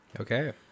okay